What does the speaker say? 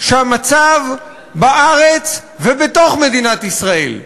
שהמצב בארץ, בתוך מדינת ישראל,